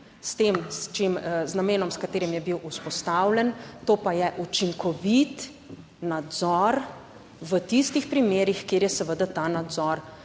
z namenom, s katerim je bil vzpostavljen, to pa je učinkovit nadzor v tistih primerih, kjer je seveda ta nadzor